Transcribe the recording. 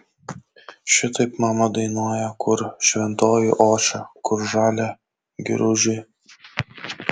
šitaip mama dainuoja kur šventoji ošia kur žalia giružė